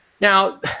Now